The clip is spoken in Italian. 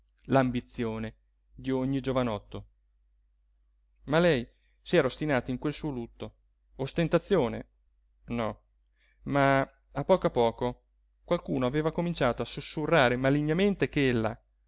sogno l'ambizione d'ogni giovanotto ma lei si era ostinata in quel suo lutto ostentazione no ma a poco a poco qualcuno aveva cominciato a susurrare malignamente che ella